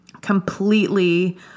completely